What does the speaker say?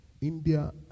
India